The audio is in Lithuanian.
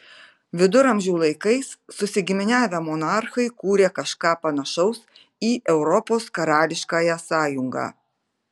viduramžių laikais susigiminiavę monarchai kūrė kažką panašaus į europos karališkąją sąjungą